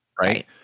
right